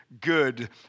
good